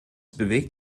bewegt